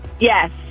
Yes